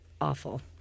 awful